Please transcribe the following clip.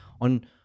on